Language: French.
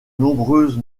nombreuses